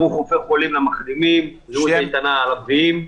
ברוך רופא חולים למחלימים, בריאות איתנה לבריאים.